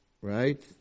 right